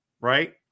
right